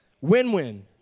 Win-win